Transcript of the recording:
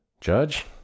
Judge